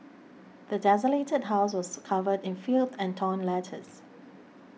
the desolated house was covered in filth and torn letters